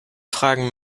fragen